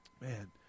Man